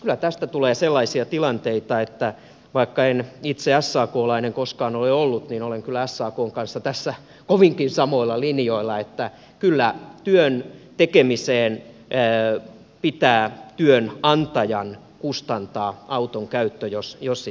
kyllä tästä tulee sellaisia tilanteita vaikka en itse saklainen koskaan ole ollut niin olen kyllä sakn kanssa tässä kovinkin samoilla linjoilla että kyllä työn tekemiseen pitää työnantajan kustantaa auton käyttö jos sitä käytetään